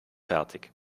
fertig